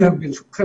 ברשותכם,